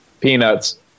Peanuts